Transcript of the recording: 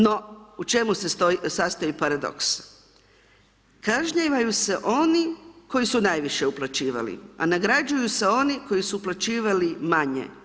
No u čemu se sastoji paradoks, kažnjavaju se oni koji su najviše uplaćivali, a nagrađuju se oni koji su uplaćivali manje.